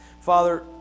Father